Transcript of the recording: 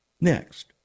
Next